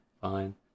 fine